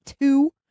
two